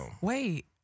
Wait